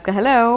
Hello